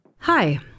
Hi